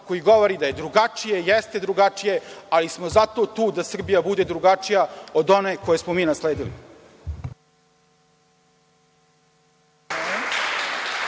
koji govori da je drugačije, jeste drugačije, ali smo zato tu da Srbija bude drugačija od one koju smo mi nasledili.